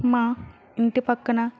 మా ఇంటి పక్కన